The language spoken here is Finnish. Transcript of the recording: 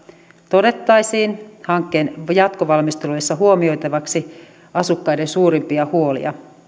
todettaisiin hankkeen jatkovalmisteluissa huomioitavaksi asukkaiden suurimpia huolia